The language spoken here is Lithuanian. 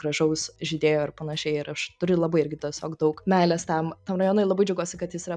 gražaus žydėjo ir panašiai ir aš turiu labai irgi tiesiog daug meilės tam tam rajonui labai džiaugiuosi kad jis yra